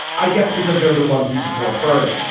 i guess because they're the ones who support bernie.